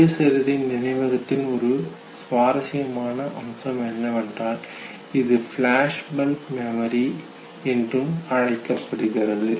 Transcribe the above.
சுயசரிதை நினைவகத்தின் ஒரு சுவாரஸ்யமான அம்சம் என்னவென்றால் இது ஃபிளாஷ்பல்ப் மெமரி வெட்டொளி நினைவகம் என்று அழைக்கப்படுகிறது